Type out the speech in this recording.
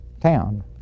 town